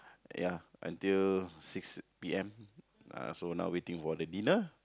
ya until six P_M uh so now waiting for the dinner